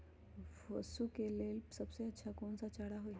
पशु के लेल सबसे अच्छा कौन सा चारा होई?